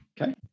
Okay